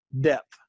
depth